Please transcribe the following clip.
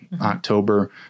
October